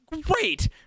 great